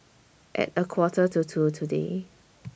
At A Quarter to two today